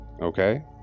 Okay